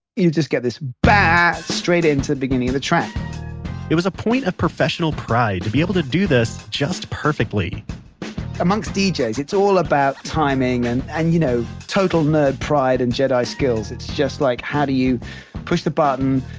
you just get this baaa straight into the beginning of the track it was a point of professional pride to be able to do this just perfectly amongst dj, ah it's all about timing and and you know again, total nerd pride and jedi skills. it's just like how do you push the button,